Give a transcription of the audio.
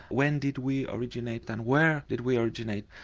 when did we originate and where did we originate?